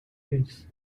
kids